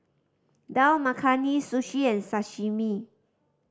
Dal Makhani Sushi and Sashimi